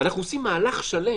אנחנו עושים מהלך שלם,